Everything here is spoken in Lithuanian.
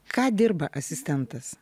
ką dirba asistentas